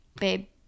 Babe